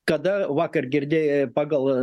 kada vakar girdėjo pagal